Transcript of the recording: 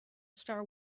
star